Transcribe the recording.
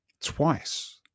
twice